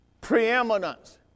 preeminence